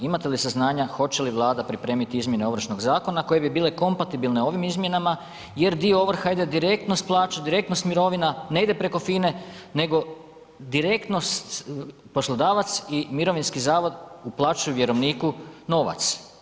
Imate li saznanja hoće li Vlada pripremiti izmjene Ovršnog zakona koje bi bile kompatibilne ovim izmjenama jer dio ovrha ide direktno s plaće, direktno s mirovna, ne ide preko FINE nego direktno poslodavac i mirovinski zavod uplaćuju vjerovniku novac.